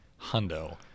Hundo